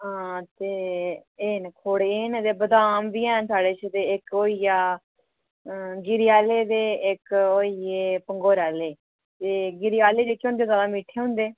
हां ते एह् न खोड ऐ न ते बदाम बी हैन साढ़ै कश ते इक होई गेआ गिरी आह्ले ते इक होई गे पंगोर आह्ले ते गिरी आह्ले जेह्के होंदे जैदा मिट्ठे होंदे